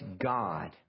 God